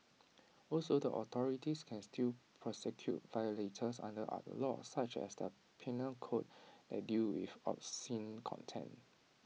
also the authorities can still prosecute violators under other laws such as the Penal code that deal with obscene content